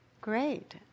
great